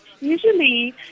Usually